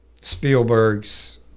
Spielberg's